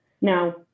Now